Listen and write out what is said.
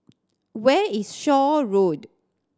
where is Shaw Road